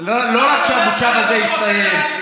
למה זה לקח זמן?